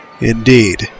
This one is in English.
Indeed